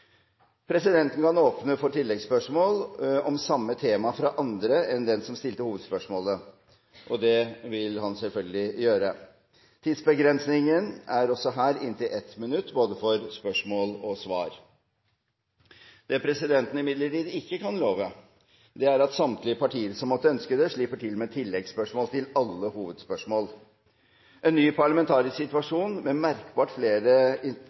Presidenten kan åpne for oppfølgingsspørsmål om samme tema fra andre enn den som stilte hovedspørsmålet, og det vil han selvfølgelig gjøre. Tidsbegrensningen er også her på inntil 1 minutt, for både spørsmål og svar. Det presidenten imidlertid ikke kan love, er at samtlige partier som måtte ønske det, slipper til med oppfølgingsspørsmål til alle hovedspørsmål. En ny parlamentarisk situasjon med merkbart flere